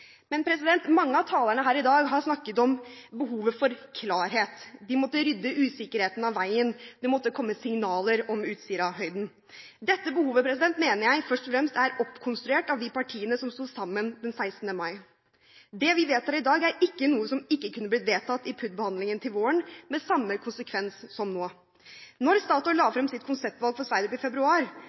men vi kan absolutt være best. Da trenger vi de norske verftene, og vi trenger lærlingeplassene de tilbyr fremtidens fagarbeidere. Mange av talerne her i dag har snakket om behovet for klarhet. De måtte rydde usikkerheten av veien. Det måtte komme signaler om Utsirahøyden. Dette behovet mener jeg først og fremst er oppkonstruert av de partiene som sto sammen den 16. mai. Det vi vedtar i dag, er ikke noe som ikke kunne blitt vedtatt i PUD-behandlingen til våren, med samme konsekvens som nå. Da Statoil